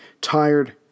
tired